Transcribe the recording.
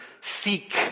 seek